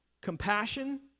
Compassion